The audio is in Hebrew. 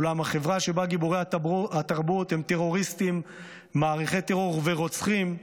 אולם חברה שבה גיבורי התרבות הם טרוריסטים מעריכה טרור ורוצחים.